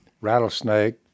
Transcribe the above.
rattlesnake